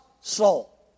soul